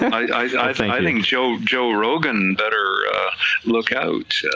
i think joe joe rogan better look out,